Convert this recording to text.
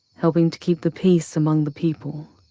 helping to keep the peace among the people.